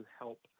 help